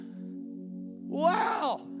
Wow